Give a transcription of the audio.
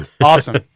Awesome